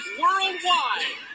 worldwide